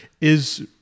is-